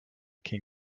can